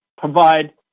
provide